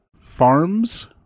farm's